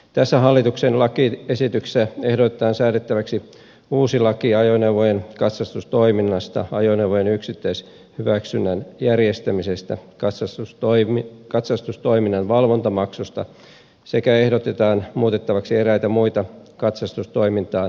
tässä hallituksen lakiesityksessä ehdotetaan säädettäväksi uusi laki ajoneuvojen katsastustoiminnasta ajoneuvojen yksittäishyväksynnän järjestämisestä katsastustoiminnan valvontamaksusta sekä ehdotetaan muutettaviksi eräitä muita katsastustoimintaan liittyviä säädöksiä